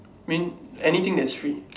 mean anything that is free